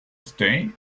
stay